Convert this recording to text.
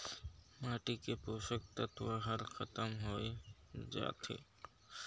माटी के पोसक तत्व हर खतम होए जाथे